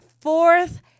Fourth